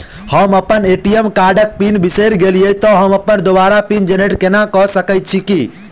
हम अप्पन ए.टी.एम कार्डक पिन बिसैर गेलियै तऽ हमरा दोबारा पिन जेनरेट कऽ सकैत छी की?